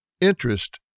interest